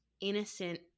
innocent